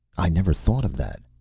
i never thought of that,